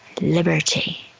liberty